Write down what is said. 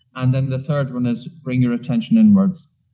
and then the third one is bring your attention inwards.